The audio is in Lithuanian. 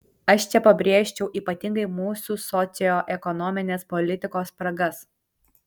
aš čia pabrėžčiau ypatingai mūsų socioekonominės politikos spragas